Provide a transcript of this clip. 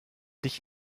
dich